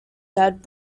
dead